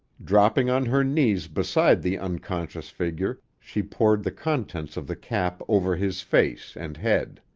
dropping on her knees beside the unconscious figure, she poured the contents of the cap over his face and head.